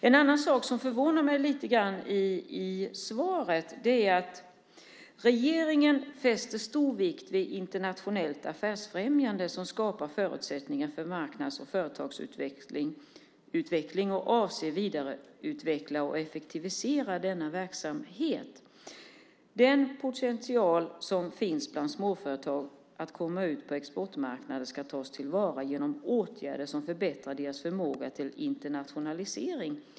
En annan sak som förvånar mig lite grann i svaret är att regeringen fäster stor vikt vid internationellt affärsfrämjande som skapar förutsättningar för marknads och företagsutveckling och avser att vidareutveckla och effektivisera denna verksamhet. Den potential som finns bland småföretag att komma ut på exportmarknader ska tas till vara genom åtgärder som förbättrar deras förmåga till internationalisering.